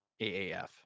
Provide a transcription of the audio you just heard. AAF